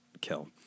kill